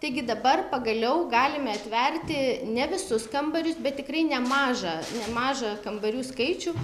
taigi dabar pagaliau galime atverti ne visus kambarius bet tikrai nemažą nemažą kambarių skaičių